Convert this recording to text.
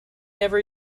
never